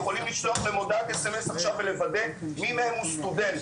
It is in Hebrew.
יכולים לשלוח להם הודעת סמס עכשיו ולוודא מי מהם הוא סטודנט.